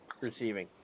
receiving